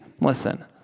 Listen